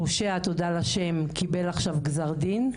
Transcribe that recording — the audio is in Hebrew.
הפושע, תודה לשם קיבל עכשיו גזר דין,